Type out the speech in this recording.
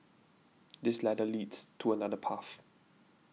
this ladder leads to another path